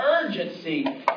urgency